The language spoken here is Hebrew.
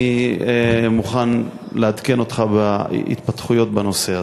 אני מוכן לעדכן אותך בהתפתחויות בנושא הזה.